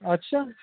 ਅੱਛਾ